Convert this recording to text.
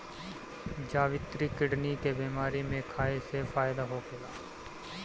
जावित्री किडनी के बेमारी में खाए से फायदा होखेला